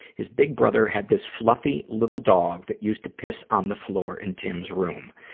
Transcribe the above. his big brother had this fluffy little dog that used to piss on the floor in tim's room.